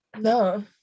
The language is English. no